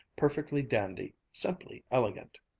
perfectly dandy, simply elegant!